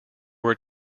were